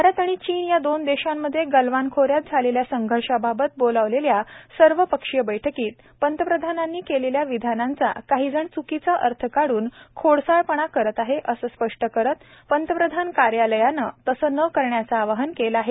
भारत आणि चीन या दोन देशांमध्ये गलवान खोऱ्यात झालेल्या संघर्षाबाबत बोलावलेल्या सर्वपक्षीय बैठकीत पंतप्रधानांनी केलेल्या विधानांचा काहीजण च्यकीचा अर्थ काढून खोडसाळपणा करत आहेत असं स्पष्टं करत प्रधानंमंत्री कार्यालयानं तसं न करण्याचं आवाहन केलं आहे